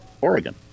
Oregon